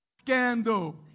Scandal